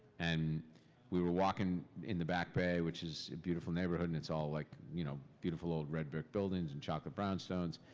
and we were walking in the back bay, which is a beautiful neighborhood and it's all like you know beautiful old red brick buildings and chocolate brownstones,